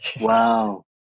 wow